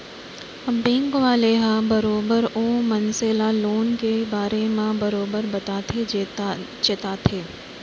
bank वाले ह बरोबर ओ मनसे ल लोन के बारे म बरोबर बताथे चेताथे